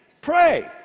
pray